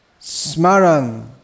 smaran